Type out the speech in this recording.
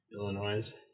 Illinois